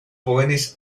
jóvenes